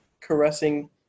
caressing